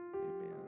Amen